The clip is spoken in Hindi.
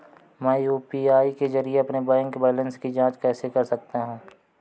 मैं यू.पी.आई के जरिए अपने बैंक बैलेंस की जाँच कैसे कर सकता हूँ?